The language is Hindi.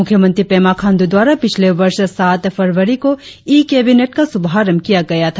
मुख्य मंत्री पेमा खांडू द्वारा पिछले वर्ष सात फरवरी को ई केबिनेट का शुभारम्भ किया गया था